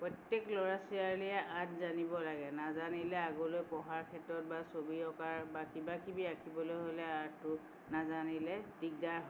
প্ৰত্যেক ল'ৰা ছোৱালীয়ে আৰ্ট জানিব লাগে নাজানিলে আগলৈ পঢ়াৰ ক্ষেত্ৰত বা ছবি অঁকাৰ বা কিবাকিবি আঁকিবলৈ হ'লে আৰ্টটো নাজানিলে দিগদাৰ হয়